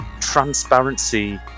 transparency